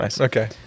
Okay